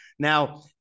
Now